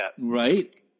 Right